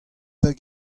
hag